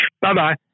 Bye-bye